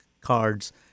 cards